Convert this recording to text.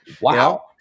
Wow